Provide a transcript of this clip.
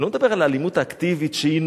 לא מדבר על האלימות האקטיבית, שהיא